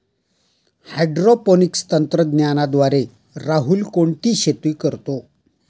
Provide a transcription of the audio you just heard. Hydroponics तंत्रज्ञानाद्वारे राहुल कोणती शेती करतो?